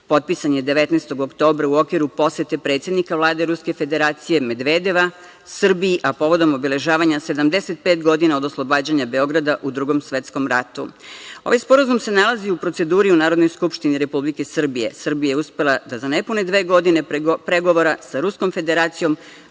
potpisan je 19. oktobra u okviru posete predsednika Vlade Ruske Federacije Medvedeva Srbiji, a povodom obeležavanja 75 godina od oslobađanja Beograda u Drugom svetskom ratu. Ovaj sporazum se nalazi u proceduri u Narodnoj skupštini Republike Srbije. Srbija je uspela da za nepune dve godine pregovora sa Ruskom Federacijom